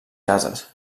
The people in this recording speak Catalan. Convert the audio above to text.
cases